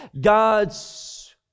God's